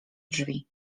drzwi